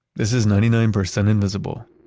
this is ninety nine percent invisible.